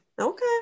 Okay